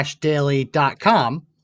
daily.com